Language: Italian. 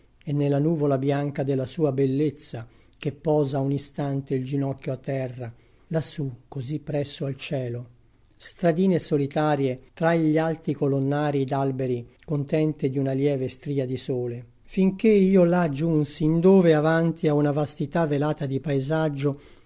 e nella nuvola bianca della sua bellezza che posa un istante il ginocchio a terra lassù così presso al cielo stradine solitarie tra gli alti colonnarii d'alberi contente di una lieve stria di sole finché io là giunsi indove avanti a una vastità velata di paesaggio